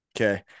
okay